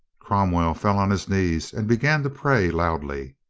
cromwell fell on his knees and began to pray loudly.